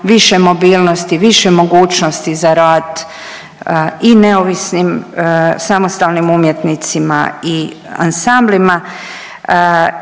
više mobilnosti, više mogućnosti za rad i neovisnim samostalnim umjetnicima i ansamblima